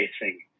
facing